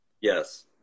Yes